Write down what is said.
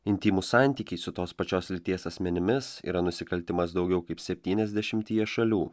intymūs santykiai su tos pačios lyties asmenimis yra nusikaltimas daugiau kaip septyniasdešimtyje šalių